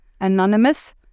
anonymous